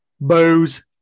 Booze